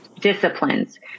disciplines